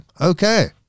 Okay